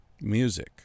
Music